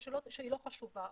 או שהיא לא חשובה,